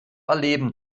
erleben